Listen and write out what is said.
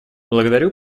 благодарю